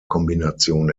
kombination